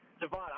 Devon